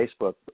Facebook